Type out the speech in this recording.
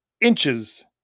inches